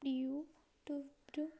ୟୁଟ୍ୟୁବ୍ରୁ ମଧ୍ୟ